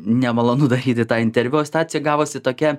nemalonu daryti tą interviu situacija gavosi tokia